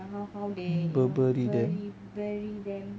burberry them